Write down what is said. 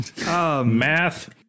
math